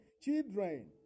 Children